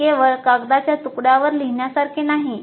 हे केवळ कागदाच्या तुकड्यावर लिहिण्यासारखे नाही